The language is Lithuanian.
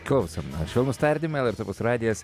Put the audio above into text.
klausom švelnūs tardymai lrt opus radijas